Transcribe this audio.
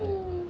mm